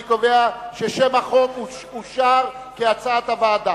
אני קובע ששם החוק אושר כהצעת הוועדה.